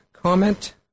Comment